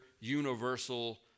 universal